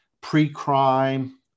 pre-crime